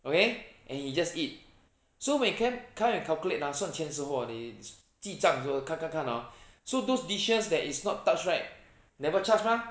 okay and he just eat so when come come and calculate ah 算钱时候 they 记账时候看看看 hor so those dishes that is not touch right never charge mah